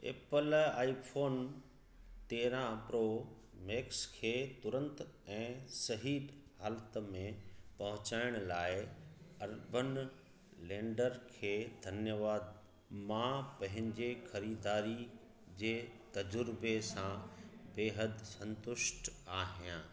Apple iPhone तेरहं Pro Max खे तुरंत ऐं सही हालत में पहुचाइण लाइ अर्बनलैंडर खे धन्यवाद मां पंहिंजे ख़रीदारी जे तज़ुर्बे सां बेहदि संतुष्ट आहियां